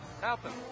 happen